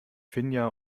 finja